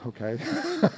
okay